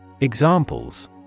Examples